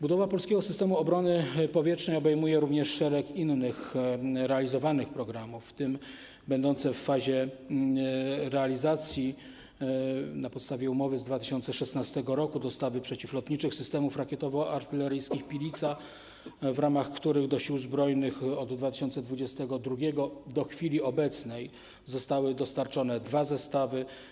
Budowa polskiego systemu obrony powietrznej obejmuje również szereg innych realizowanych programów, w tym będące w fazie realizacji na podstawie umowy z 2016 r. dostawy przeciwlotniczych systemów rakietowo-artyleryjskich Pilica, w ramach których do sił zbrojnych od 2022 r. do chwili obecnej zostały dostarczone dwa zestawy.